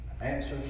Answers